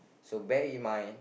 so bear in mind